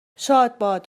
شادباد